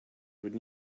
would